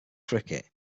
cricket